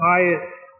bias